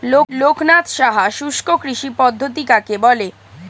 লোকনাথ সাহা শুষ্ককৃষি পদ্ধতি কাকে বলে?